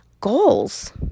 goals